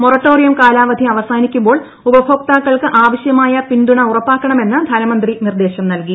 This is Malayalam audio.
മൊറട്ടോറിയം കാലാവധി അവസാനിക്കുമ്പോൾ ഉപഭോതാക്കൾക്ക് ആവശ്യമായ പിന്തുണ ഉറപ്പാക്കണമെന്ന് ധനമന്ത്രി നിർദേശം നൽകി